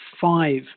five